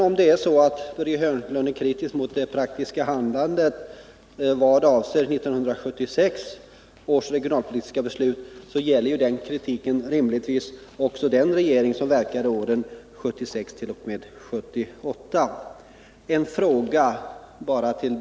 Om Börje Hörnlund är kritisk mot det praktiska handlandet i vad avser 1976 års regionalpolitiska beslut, gäller kritiken rimligtvis också den regering som verkade åren 1976-1978.